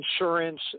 insurance